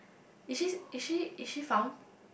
is she is she is she found